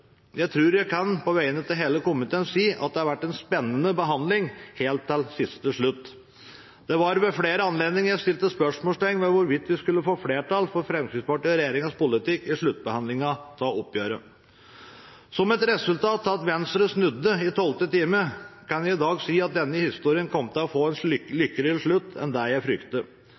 Jeg tror jeg på vegne av hele komiteen kan si at det ble en spennende behandling helt til siste slutt. Det ble ved flere anledninger stilt spørsmålstegn ved hvorvidt vi skulle få flertall for Fremskrittspartiet og regjeringens politikk i sluttbehandlingen av oppgjøret. Som et resultat av at Venstre snudde i tolvte time, kan jeg i dag si at denne historien kommer til å få en lykkeligere slutt enn det jeg